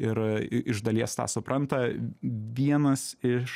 ir iš dalies tą supranta vienas iš